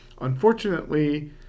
Unfortunately